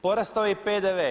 Porastao je i PDV.